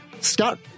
Scott